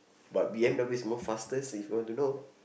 but b_m_w is more faster safer don't know